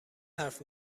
حرف